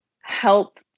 help